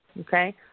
Okay